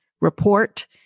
report